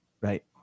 right